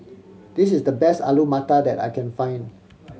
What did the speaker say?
this is the best Alu Matar that I can find